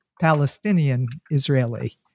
Palestinian-Israeli